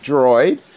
Droid